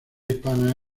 hispana